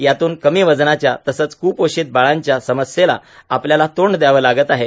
यातूनच कमी वजनाच्या तसंच कुपोषित बाळांच्या समस्येला आपल्याला तोंड द्यावं लागत आहे